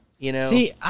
See